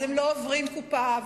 הם לא עוברים קופה,